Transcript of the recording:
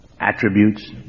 attributes